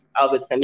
Albert